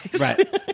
Right